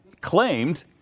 claimed